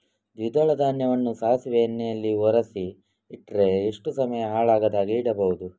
ದ್ವಿದಳ ಧಾನ್ಯವನ್ನ ಸಾಸಿವೆ ಎಣ್ಣೆಯಲ್ಲಿ ಒರಸಿ ಇಟ್ರೆ ಎಷ್ಟು ಸಮಯ ಹಾಳಾಗದ ಹಾಗೆ ಇಡಬಹುದು?